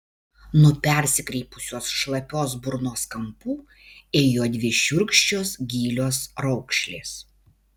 nuo persikreipusios šlapios burnos kampų ėjo dvi šiurkščios gilios raukšlės